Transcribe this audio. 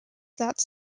that